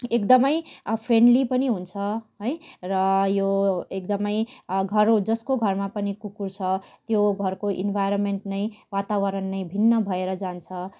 एकदमै फ्रेन्डली पनि हुन्छ है र यो एकदमै घर जसको घरमा पनि कुकुर छ त्यो घरको इन्भाइरोमेन्ट नै वातावरण नै भिन्न भएर जान्छ